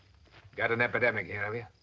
got an epidemic here, have ya?